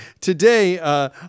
today